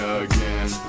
again